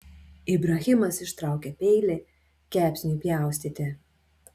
ibrahimas ištraukė peilį kepsniui pjaustyti